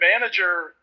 manager